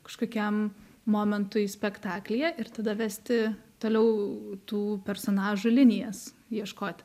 kažkokiam momentui spektaklyje ir tada vesti toliau tų personažų linijas ieškoti